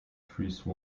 freeze